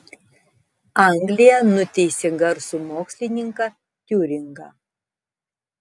anglija nuteisė garsų mokslininką tiuringą